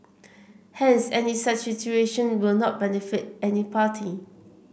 hence any such situation will not benefit any party